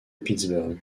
pittsburgh